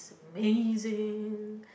amazing